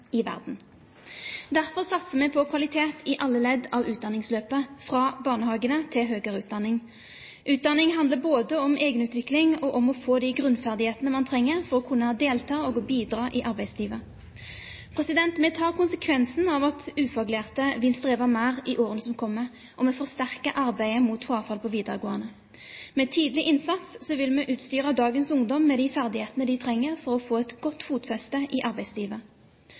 verden. Derfor satser vi på kvalitet i alle ledd av utdanningsløpet, fra barnehagene til høyere utdanning. Utdanning handler både om egenutvikling og om å få de grunnferdighetene man trenger for å kunne delta og å bidra i arbeidslivet. Vi tar konsekvensen av at ufaglærte vil streve mer i årene som kommer, og vi forsterker arbeidet mot frafall i videregående. Med tidlig innsats vil vi utstyre dagens ungdom med de ferdighetene de trenger for å få et godt fotfeste i arbeidslivet.